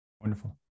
Wonderful